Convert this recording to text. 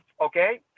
okay